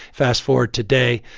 fast-forward today,